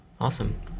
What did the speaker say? awesome